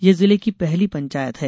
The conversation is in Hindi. यह जिले की पहली पंचायत है